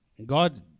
god